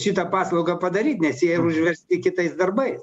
šitą paslaugą padaryt nes jie yra užversti kitais darbais